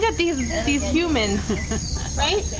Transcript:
yeah these these humans right?